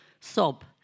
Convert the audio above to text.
sob